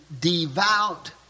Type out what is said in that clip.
devout